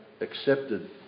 accepted